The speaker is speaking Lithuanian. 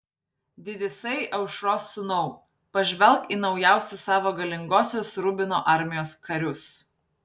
didysai aušros sūnau pažvelk į naujausius savo galingosios rubino armijos karius